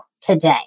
today